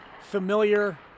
familiar